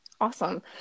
awesome